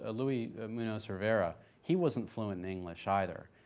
ah luis munoz rivera he wasn't fluent in english either,